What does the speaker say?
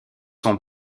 sont